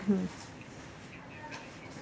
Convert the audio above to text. hmm